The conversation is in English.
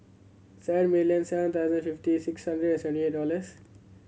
seven million seven thousand fifty six hundred and seventy eight dollars